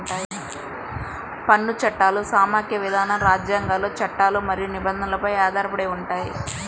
పన్ను చట్టాలు సమాఖ్య విధానం, రాజ్యాంగాలు, చట్టాలు మరియు నిబంధనలపై ఆధారపడి ఉంటాయి